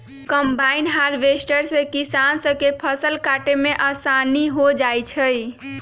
combine harvester से किसान स के फसल काटे में आसानी हो जाई छई